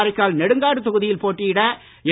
காரைக்கால் நெடுங்காடு தொகுதியில் போட்டியிட என்